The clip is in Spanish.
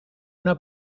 una